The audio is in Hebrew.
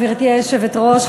גברתי היושבת-ראש,